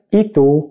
itu